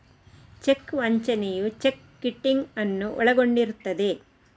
check ವಂಚನೆಯು check kiting ಅನ್ನು ಒಳಗೊಂಡಿರುತ್ತದೆ